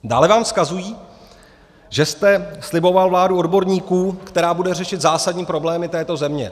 Dále vám vzkazují, že jste sliboval vládu odborníků, která bude řešit zásadní problémy této země.